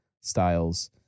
styles